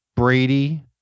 Brady